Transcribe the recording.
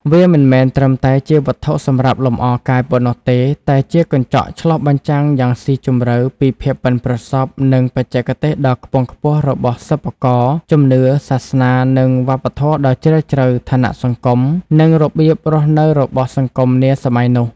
វាមិនមែនត្រឹមតែជាវត្ថុសម្រាប់លម្អកាយប៉ុណ្ណោះទេ តែជាកញ្ចក់ឆ្លុះបញ្ចាំងយ៉ាងស៊ីជម្រៅពី ភាពប៉ិនប្រសប់ និងបច្ចេកទេសដ៏ខ្ពង់ខ្ពស់របស់សិប្បករ ជំនឿ សាសនា និងវប្បធម៌ដ៏ជ្រាលជ្រៅ ឋានៈសង្គម និងរបៀបរស់នៅរបស់សង្គមនាសម័យនោះ។